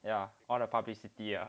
ya all the publicity